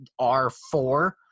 R4